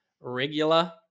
regular